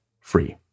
free